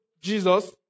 Jesus